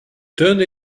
turned